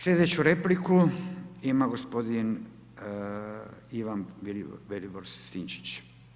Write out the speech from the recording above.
Slijedeću repliku ima gospodin Ivan Vilibor Sinčić.